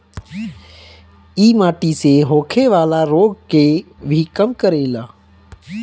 इ माटी से होखेवाला रोग के भी कम करेला